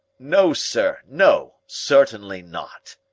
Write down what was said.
no, sir, no certainly not.